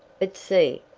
but see,